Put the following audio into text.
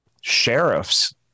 sheriffs